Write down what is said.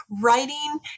writing